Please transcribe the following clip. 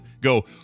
Go